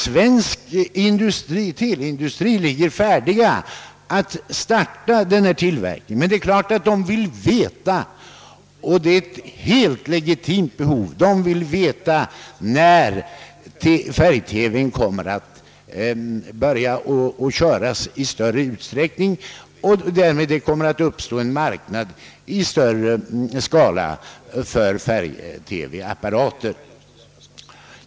Svensk TV-industri är ju klar att starta tillverkningen, men det är givet att den vill veta — och detta är ett helt legitimt krav — när färg-TV kommer att börja i större utsträckning så att en större marknad för färg-TV-apparater uppstår.